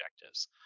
objectives